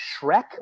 Shrek